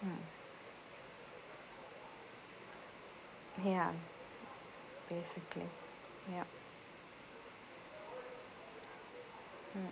hmm ya basically yup mm